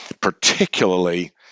particularly